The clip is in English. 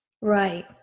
Right